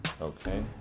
Okay